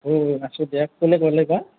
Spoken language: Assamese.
আছো দিয়া কোনে ক'লে বা